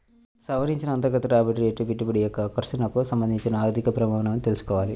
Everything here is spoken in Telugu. సవరించిన అంతర్గత రాబడి రేటు పెట్టుబడి యొక్క ఆకర్షణకు సంబంధించిన ఆర్థిక ప్రమాణమని తెల్సుకోవాలి